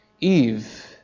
Eve